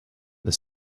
that